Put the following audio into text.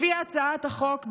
לפי הצעת החוק,